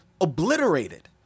obliterated